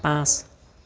পাঁচ